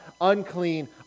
unclean